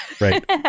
Right